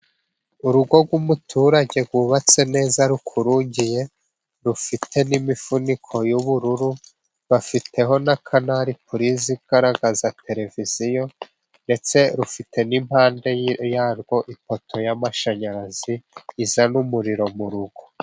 Urugo rw'umuturage rwubatse neza rukurugiye, rufite n'imifuniko y'uburu, bafiteho na kanari purizi igaragaza televiziyo, ndetse rufite n'impande yarwo ipoto y'amashanyarazi, izana umuriro mu rugo.